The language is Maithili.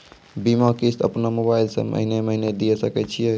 बीमा किस्त अपनो मोबाइल से महीने महीने दिए सकय छियै?